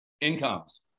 incomes